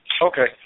Okay